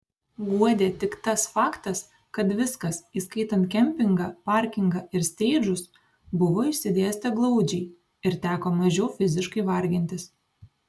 guodė tik tas faktas kad viskas įskaitant kempingą parkingą ir steidžus buvo išsidėstę glaudžiai ir teko mažiau fiziškai vargintis